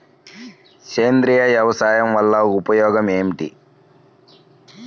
సేంద్రీయ వ్యవసాయం వల్ల ఉపయోగం ఏమిటి?